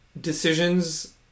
decisions